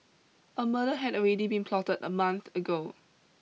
a murder had already been plotted a month ago